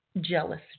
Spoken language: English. Jealous